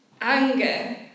anger